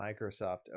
Microsoft